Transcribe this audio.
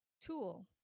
tool